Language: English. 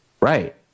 right